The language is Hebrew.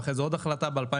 ואחרי זה עוד החלטה ב-2016.